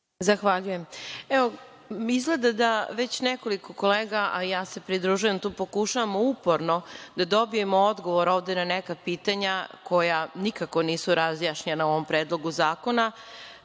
Zahvaljujem. Evo izgleda da već nekoliko kolega, a i ja se pridružujem tu, pokušavamo uporno da dobijemo odgovor ovde na neka pitanja koja nikako nisu razjašnjena u ovom Predlogu zakona.